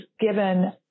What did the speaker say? given